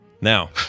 Now